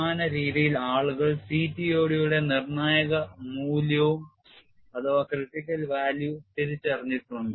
സമാനരീതിയിൽ ആളുകൾ CTOD യുടെ നിർണ്ണായക മൂല്യവും തിരിച്ചറിഞ്ഞിട്ടുണ്ട്